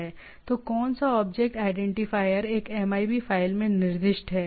तो कौन सा ऑब्जेक्ट आईडेंटिफायर एक MIB फ़ाइल में निर्दिष्ट है